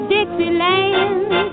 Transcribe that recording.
Dixieland